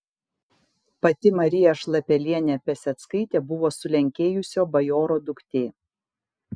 pati marija šlapelienė piaseckaitė buvo sulenkėjusio bajoro duktė